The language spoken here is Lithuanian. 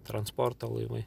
transporto laivai